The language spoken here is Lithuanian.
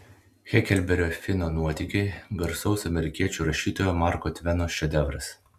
heklberio fino nuotykiai garsaus amerikiečių rašytojo marko tveno šedevras